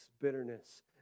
bitterness